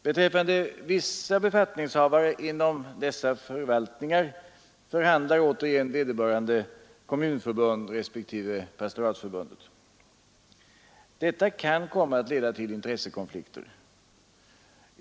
Beträffande vissa befattningshavare inom dessa förvaltningar förhandlar däremot Kommunförbundet respektive Pastoratsförbundet. Detta kan komma att leda till intressekonflikter.